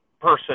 person